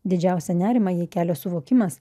didžiausią nerimą jai kelia suvokimas